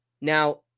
Now